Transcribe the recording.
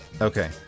Okay